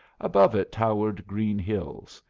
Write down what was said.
above it towered green hills,